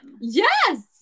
yes